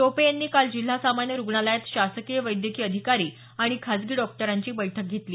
टोपे यांनी काल जिल्हा सामान्य रुग्णालयात शासकीय वैद्यकीय अधिकारी आणि खासगी डॉक्टरांची बैठक घेतली